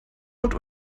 und